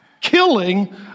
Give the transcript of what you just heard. killing